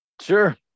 sure